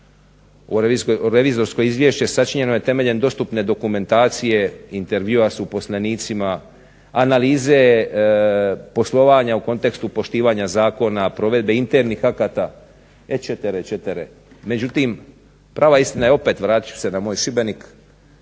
revizorsko izvješće sačinjeno je temeljem dostupne dokumentacije, intervjua s uposlenicima, analize poslovanja u kontekstu poštivanja zakona, provedbe internih akata etc., etc. Međutim, prava istina je, opet vratit ću se na moj Šibenik,